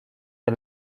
del